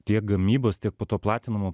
tiek gamybos tiek po to platinimo